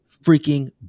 freaking